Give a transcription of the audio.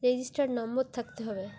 registered number থাকতে হবে